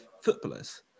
footballers